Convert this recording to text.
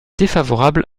défavorable